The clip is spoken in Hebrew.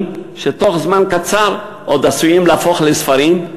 שתוך זמן קצר עוד עשויים להפוך לספרים,